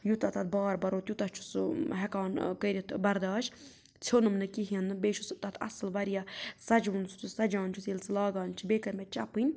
یوٗتاہ تَتھ بار بھرو تیٛوتاہ چھُ سُہ ہیٚکان ٲں کٔرِتھ بَرداشت ژھیٛونُم نہٕ کہیٖنۍ نہٕ بیٚیہِ چھُ سُہ تَتھ اصٕل واریاہ سَجوُن سَجان چھُ ییٚلہِ سُہ لاگان چھِ بیٚیہِ کٔر مےٚ چَپٕنۍ